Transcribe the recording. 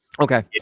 Okay